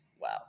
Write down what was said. Wow